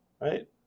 right